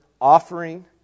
Offering